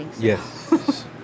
Yes